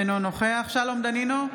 אינו נוכח שלום דנינו,